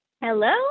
Hello